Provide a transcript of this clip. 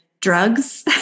drugs